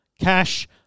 cash